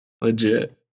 Legit